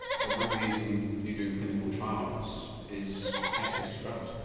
so one reason you do clinical trials is access to drugs?